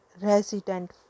resident